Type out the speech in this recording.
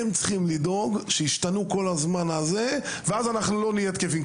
הם צריכים לדאוג שישתנו כל הזמן הקריטריונים ואז אנחנו לא נהיה תקפים,